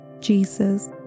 Jesus